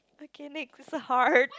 okay next heart